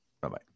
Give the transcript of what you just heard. Bye-bye